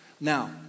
Now